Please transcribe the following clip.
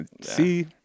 see